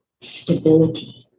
stability